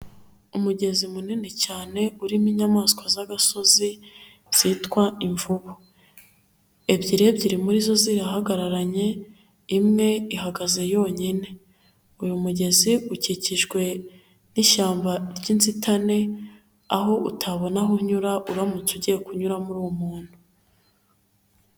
Umugezi munini cyane urimo inyamaswa z'agasozi zitwa imvubu, ebyiri ebyiri muri zo zirahagararanye, imwe ihagaze yonyine. Uyu mugezi ukikijwe n'ishyamba ry'inzitane aho utabona aho unyura, uramutse ugiye kunyuramo muri muntu.